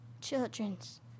Children's